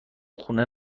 خونه